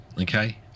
okay